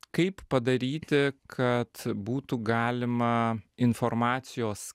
kaip padaryti kad būtų galima informacijos